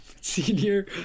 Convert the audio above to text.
senior